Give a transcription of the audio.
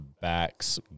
backs